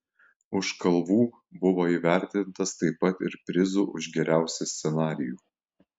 už kalvų buvo įvertintas taip pat ir prizu už geriausią scenarijų